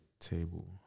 table